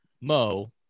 Mo